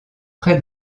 près